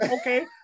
okay